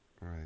right